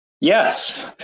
Yes